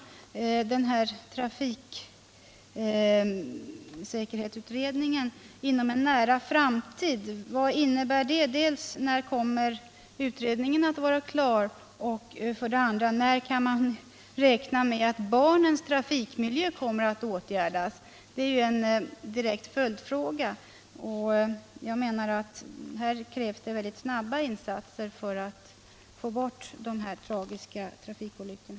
Det sägs i betänkandet att resultatet av trafiksäkerhetsverkets arbete väntas ”inom en snar framtid”. Vad innebär det? När kommer utredningen att vara klar, och när kan man räkna med att barnens trafikmiljö kommer att åtgärdas? Det är en direkt följdfråga. Här krävs snabba insatser för att få bort de tragiska trafikolyckorna.